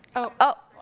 oh!